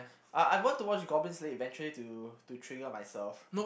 uh I want to watch goblin-slayer eventually to to trigger myself